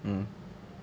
mm